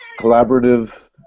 collaborative